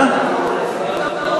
הצעת סיעת קדימה